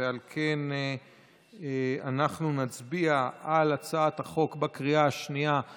על כן אנחנו נצביע על הצעת החוק כנוסח